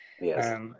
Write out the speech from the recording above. Yes